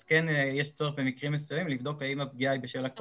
אז כן יש צורך במקרים מסוימים לבדוק האם הפגיעה היא בשל הקורונה.